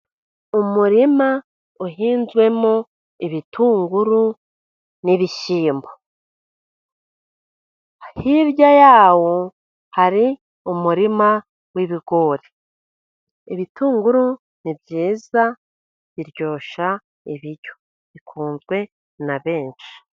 Umurima uhinzwemo ibitunguru n'ibishyimbo, hirya yawo hari umurima w'ibigori. Ibitunguru ni byiza biryoshya ibiryo bikunzwe na benshi.